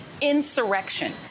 insurrection